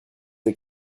des